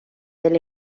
del